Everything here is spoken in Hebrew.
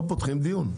לא פותחים דיון.